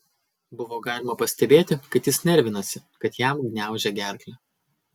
buvo galima pastebėti kad jis nervinasi kad jam gniaužia gerklę